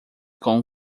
com